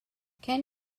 can